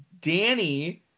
Danny